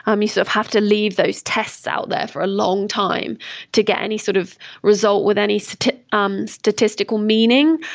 um you sort of have to leave those tests out there for a long time to get any sort of result with any so um statistical meaning.